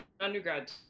undergrad